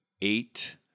eight